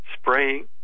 spraying